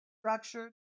structured